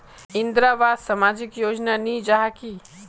इंदरावास सामाजिक योजना नी जाहा की?